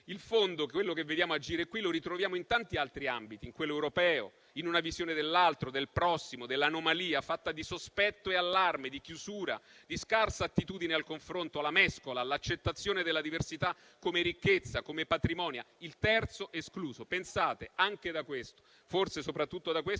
In fondo quello che vediamo agire qui lo ritroviamo in tanti altri ambiti, in quello europeo, in una visione dell'altro, del prossimo, dell'anomalia, fatta di sospetto e allarme, di chiusura, di scarsa attitudine al confronto, alla mescola, all'accettazione della diversità come ricchezza, come patrimonio, il terzo escluso. Pensate anche da questo, forse soprattutto da questo,